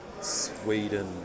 Sweden